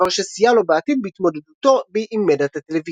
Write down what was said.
דבר שסייע לו בעתיד בהתמודדותו עם מדיית הטלוויזיה.